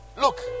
Look